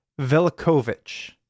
Velikovich